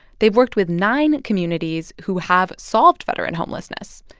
they've worked with nine communities who have solved veteran homelessness.